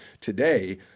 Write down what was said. today